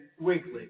Weekly